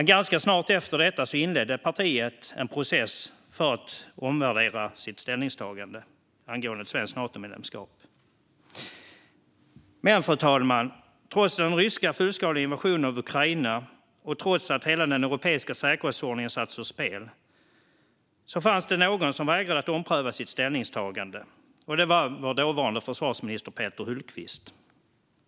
Ganska snart efter detta inledde partiet dock en process för att omvärdera sitt ställningstagande angående ett svenskt Natomedlemskap. Fru talman! Trots den ryska fullskaliga invasionen av Ukraina och trots att hela den europeiska säkerhetsordningen hade satts ur spel fanns det någon som vägrade att ompröva sitt ställningstagande. Det var vår dåvarande försvarsminister Peter Hultqvist.